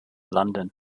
london